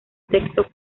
texto